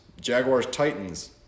Jaguars-Titans